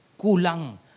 kulang